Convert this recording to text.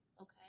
Okay